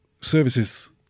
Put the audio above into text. services